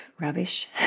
rubbish